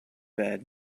bed